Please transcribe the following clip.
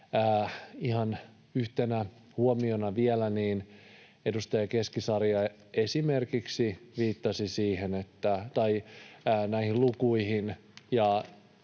ihan yhtenä huomiona vielä: Edustaja Keskisarja esimerkiksi viittasi näihin lukuihin,